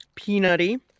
peanutty